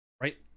right